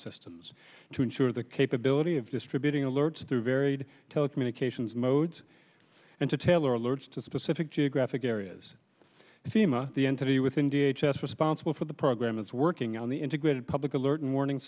systems to ensure the capability of distributing alerts through varied telecommunications modes and to tailor alerts to specific geographic areas and fema the entity within d h s responsible for the program is working on the integrated public alert and warning